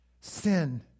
Sin